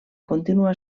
continua